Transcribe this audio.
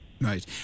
Right